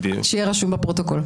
שיהיה רשום בפרוטוקול.